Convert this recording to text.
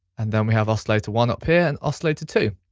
and then we have oscillator one up here, and oscillator two.